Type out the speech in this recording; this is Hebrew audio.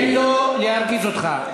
תן לו להרגיז אותך.